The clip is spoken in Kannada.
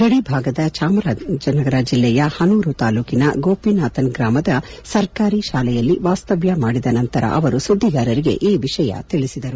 ಗದಿ ಭಾಗದ ಚಾಮರಾಜನಗರ ಜಿಲ್ಲೆಯ ಹನೂರು ತಾಲ್ಲೂಕಿನ ಗೋಪಿನಾಥನ್ ಗ್ರಾಮದ ಸರ್ಕಾರಿ ಶಾಲೆಯಲ್ಲಿ ವಾಸ್ತವ್ಯ ಮಾಡಿದ ನಂತರ ಅವರು ಸುದ್ದಿಗಾರರಿಗೆ ಈ ವಿಷಯ ತಿಳಿಸಿದರು